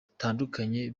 butandukanye